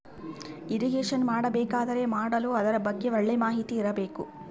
irrigation ಮಾಡಬೇಕಾದರೆ ಮಾಡಲು ಅದರ ಬಗ್ಗೆ ಒಳ್ಳೆ ಮಾಹಿತಿ ಇರ್ಬೇಕು